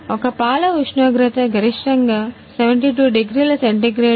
ఒక పాలు ఉష్ణోగ్రత గరిష్టంగా 72 డిగ్రీల సెంటీగ్రేడ్